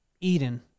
Eden